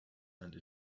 and